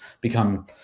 become